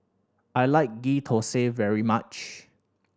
I like Ghee Thosai very much